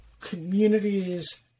communities